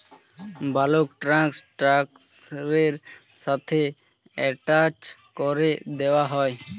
bulk tank ট্র্যাক্টরের সাথে attach করে দেওয়া হয়